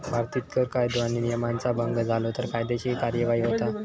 भारतीत कर कायदो आणि नियमांचा भंग झालो तर कायदेशीर कार्यवाही होता